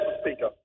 Speaker